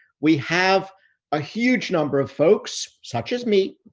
we have a huge number of folks, such as me,